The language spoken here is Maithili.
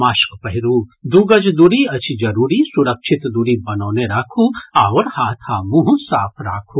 मास्क पहिरू दू गज दूरी अछि जरूरी सुरक्षित दूरी बनौने राखू आओर हाथ आ मुंह साफ राखू